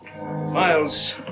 Miles